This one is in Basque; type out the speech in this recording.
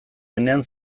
denean